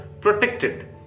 protected